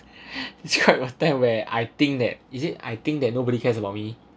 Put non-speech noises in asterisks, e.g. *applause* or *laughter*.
*laughs* describe a time where I think that is it I think that nobody cares about me